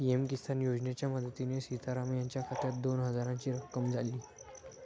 PM किसान योजनेच्या मदतीने सीताराम यांच्या खात्यात दोन हजारांची रक्कम आली